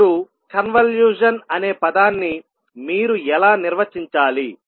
ఇప్పుడు కన్వల్యూషన్ అనే పదాన్ని మీరు ఎలా నిర్వచించాలి